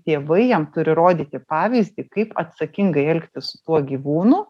tėvai jam turi rodyti pavyzdį kaip atsakingai elgtis su tuo gyvūnu